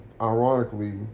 ironically